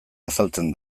azaltzen